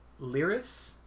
lyris